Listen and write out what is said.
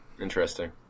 Interesting